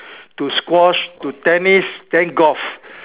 to squash to tennis then golf